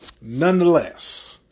nonetheless